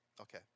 Okay